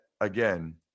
again